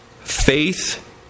Faith